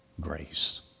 grace